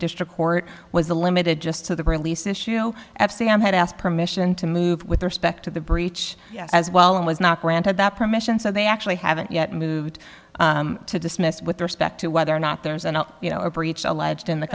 district court was a limited just to the release issue at sea i had asked permission to move with respect to the breach as well and was not granted that permission so they actually haven't yet moved to dismiss with respect to whether or not there's an you know a breach alleged in the